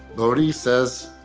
boddy says,